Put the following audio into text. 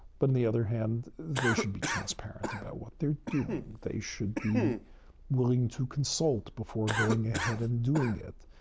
but on the other hand, they should be transparent about what they're doing. they should be willing to consult before going ahead and doing it.